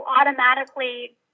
automatically